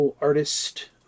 artist